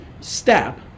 step